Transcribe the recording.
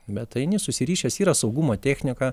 bet eini susirišęs yra saugumo technika